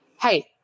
hey